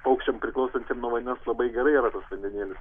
paukščiam priklausantiem nuo vandens labai gerai yra tas vandenėlis